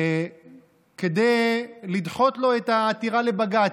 כדי לדחות לו את העתירה לבג"ץ.